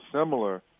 similar